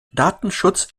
datenschutz